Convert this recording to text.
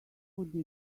who